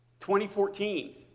2014